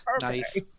Nice